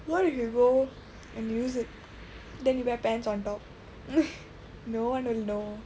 what if you can go and use it then you wear pants on top no one will know